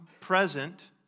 present